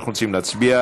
אנחנו רוצים להצביע.